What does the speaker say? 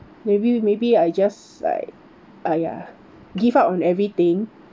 maybe maybe I just like !aiya! give up on everything